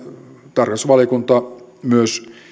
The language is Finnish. tarkastusvaliokunta myös